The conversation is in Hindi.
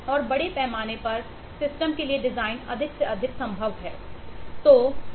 और बड़े पैमाने पर सिस्टम के लिए डिजाइन अधिक से अधिक संभव है